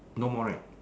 no more right